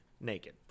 naked